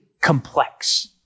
complex